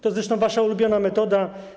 To zresztą wasza ulubiona metoda.